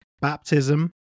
baptism